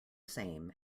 same